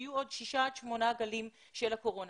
שיהיו עוד שישה עד שמונה גלים של הקורונה.